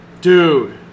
Dude